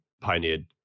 pioneered